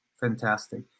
fantastic